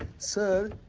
sir,